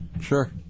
sure